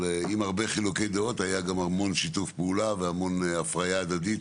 אבל עם הרבה חילוקי דעות היה גם המון שיתוף פעולה והמון הפריה הדדית